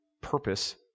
purpose